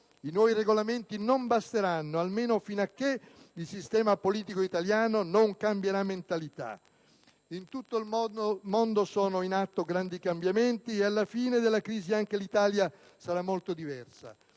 I nuovi Regolamenti non basteranno almeno fino a che il sistema politico italiano non cambierà mentalità. In tutto il mondo sono in atto grandi cambiamenti. E alla fine della crisi anche l'Italia sarà molto diversa.